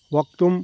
वक्तुम्